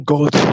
God